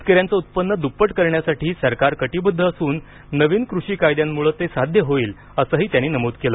शेतकऱ्यांचं उत्पन्न दुप्पट करण्यासाठी सरकार कटिबद्ध असून नवीन कृषी कायद्यांमुळे ते साद्य होईल असंही त्यांनी नमूद केलं